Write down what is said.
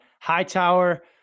Hightower